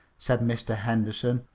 said mr. henderson,